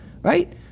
right